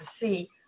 see